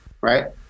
Right